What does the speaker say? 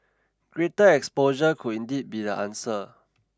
greater exposure could indeed be the answer